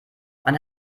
man